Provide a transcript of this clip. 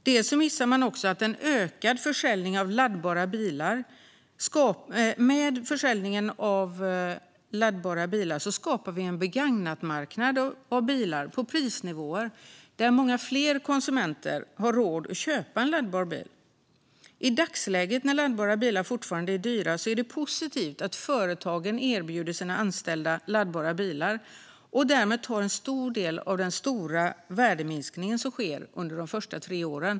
Man missar också att vi med ökad försäljning av laddbara bilar skapar en begagnatmarknad för bilar på prisnivåer där många fler konsumenter har råd att köpa en laddbar bil. I dagsläget, när laddbara bilar fortfarande är dyra, är det positivt att företagen erbjuder sina anställda laddbara bilar och därmed tar en stor del av den stora värdeminskning som sker under de första tre åren.